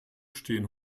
stehen